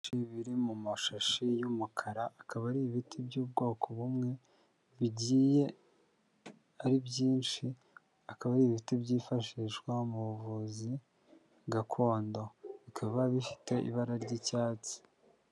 Ibiti biri mu mashashi y'umukara, akaba ari ibiti by'ubwoko bumwe, bigiye ari byinshi, akaba ari ibiti byifashishwa mu buvuzi gakondo. Bikaba bifite ibara ry'icyatsi.